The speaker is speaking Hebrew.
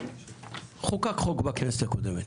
חוקק חוק בכנסת הקודמת,